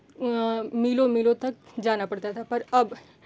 मीलों मीलों तक जाना पड़ता था पर अब